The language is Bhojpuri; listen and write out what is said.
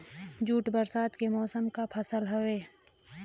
जूट बरसात के मौसम क फसल हौ